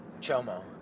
Chomo